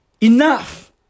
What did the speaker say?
Enough